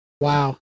Wow